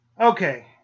Okay